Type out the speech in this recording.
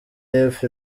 y’epfo